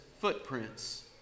footprints